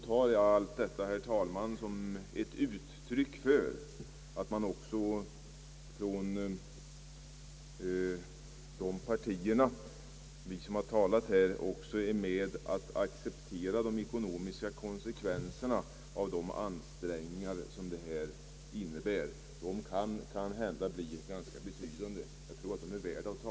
Jag tar, herr talman, allt detta som ett uttryck för att de som har talat här också accepterar de ekonomiska konsekvenserna av de ansträngningar detta innebär. De konsekvenserna kan kanske bli ganska betydande, men jag tror att de är värda att ta.